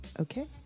Okay